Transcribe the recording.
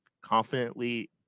confidently